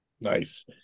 Nice